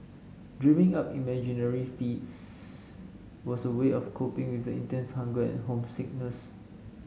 dreaming up imaginary feasts was a way of coping with intense hunger and homesickness